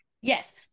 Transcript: Yes